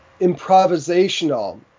improvisational